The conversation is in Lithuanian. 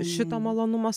šito malonumo